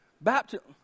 baptism